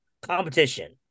competition